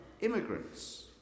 immigrants